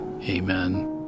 Amen